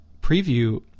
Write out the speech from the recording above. preview